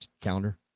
calendar